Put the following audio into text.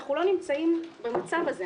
אנחנו לא נמצאים במצב הזה.